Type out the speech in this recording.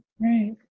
Right